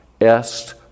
est